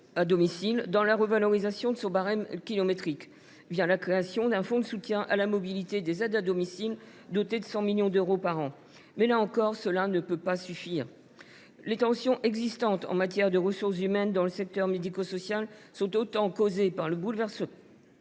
à domicile dans la revalorisation de son barème kilométrique, la création d’un fonds de soutien à la mobilité des aides à domicile doté de 100 millions d’euros par an. Toutefois, là encore, cela ne peut pas suffire. Les tensions existantes en matière de ressources humaines dans le secteur médico social sont autant causées par le bouleversement